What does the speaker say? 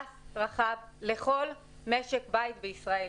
פס רחב לכל משק בית בישראל.